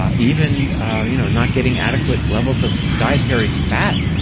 ah even you know not getting adequate levels of dietary fat.